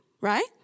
right